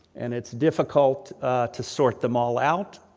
and, it's difficult to sort them all out.